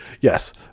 yes